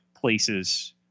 places